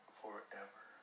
forever